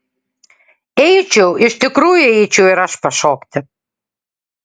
eičiau iš tikrųjų eičiau ir aš pašokti